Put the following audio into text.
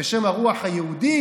בשם הרוח היהודית?